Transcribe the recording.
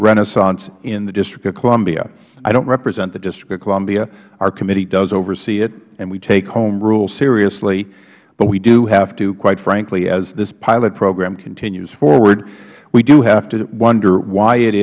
renaissance in the district of columbia i don't represent the district of columbia our committee does oversee it and we take home rule seriously but we do have to quite frankly as this pilot program continues forward we do have to wonder why it